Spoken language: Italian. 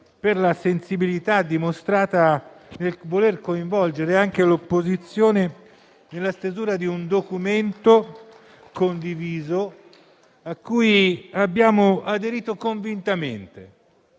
per la sensibilità dimostrata nel voler coinvolgere anche l'opposizione nella stesura di un documento condiviso a cui abbiamo aderito convintamente.